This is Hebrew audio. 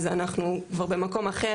אז אנחנו כבר במקום אחר,